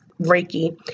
Reiki